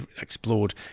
explored